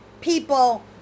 people